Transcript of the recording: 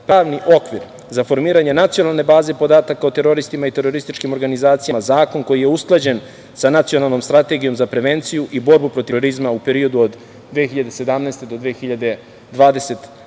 pravni okvir za formiranje nacionalne baze podataka o teroristima i terorističkim organizacijama, zakon koji je usklađen sa Nacionalnom strategijom za prevenciju i borbu protiv terorizma u periodu od 2017. do 2021.